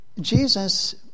Jesus